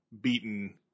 beaten